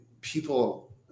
people